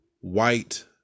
white